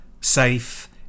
safe